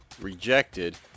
rejected